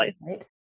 right